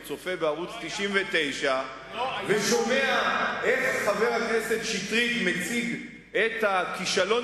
צופה בערוץ-99 ושומע איך חבר הכנסת שטרית מציג את הכישלון